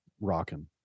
rocking